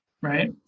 right